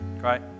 Great